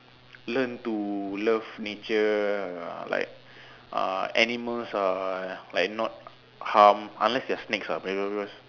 learn to love nature like uh animals are like not harm unless they're snakes lah